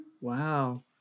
Wow